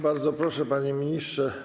Bardzo proszę, panie ministrze.